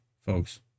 folks